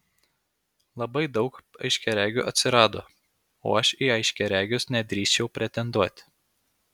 labai daug aiškiaregių atsirado o aš į aiškiaregius nedrįsčiau pretenduoti